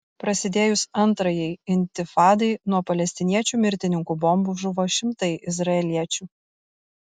prasidėjus antrajai intifadai nuo palestiniečių mirtininkų bombų žuvo šimtai izraeliečių